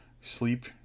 sleep